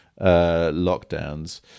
lockdowns